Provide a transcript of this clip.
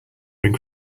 been